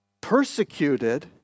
persecuted